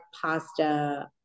pasta